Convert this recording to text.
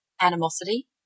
animosity